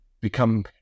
become